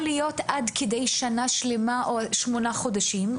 להיות עד כדי שנה שלימה או שמונה חודשים.